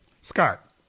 Scott